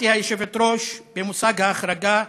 גברתי היושבת-ראש, במושג ההחרגה,